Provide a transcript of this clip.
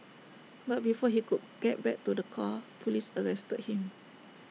but before he could get back to the car Police arrested him